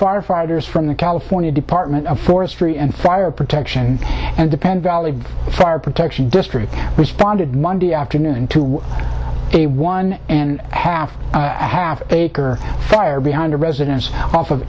firefighters from the california department of forestry and fire protection and depend valley fire protection district responded monday afternoon to a one and half a half acre fire behind a residence of